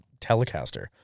telecaster